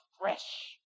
fresh